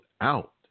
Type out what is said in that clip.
out